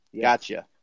gotcha